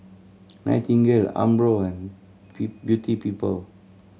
Nightingale Umbro and Beauty People